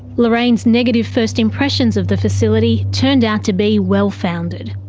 lorraine's negative first impressions of the facility turned out to be well founded.